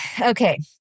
okay